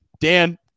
dan